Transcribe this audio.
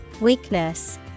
Weakness